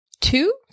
Two